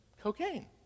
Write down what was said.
cocaine